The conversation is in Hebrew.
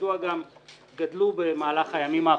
שכידוע גם גדלו במהלך הימים האחרונים,